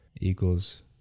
equals